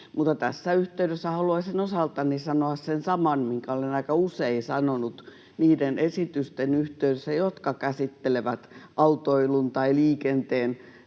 Tässä yhteydessä haluaisin osaltani sanoa sen saman, minkä olen aika usein sanonut niiden esitysten yhteydessä, jotka käsittelevät autoilun tai liikenteen